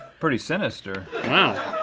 pretty sinister. wow,